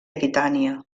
aquitània